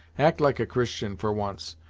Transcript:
act like a christian, for once,